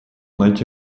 найти